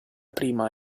prima